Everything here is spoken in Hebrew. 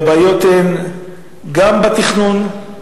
והבעיות הן גם בתכנון,